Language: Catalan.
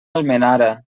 almenara